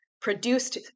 produced